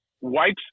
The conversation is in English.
wipes